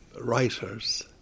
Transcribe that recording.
writers